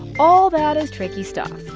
all that is tricky stuff.